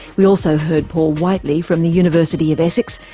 we also heard paul whiteley from the university of essex,